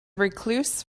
recluse